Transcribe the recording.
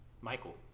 Michael